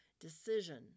decision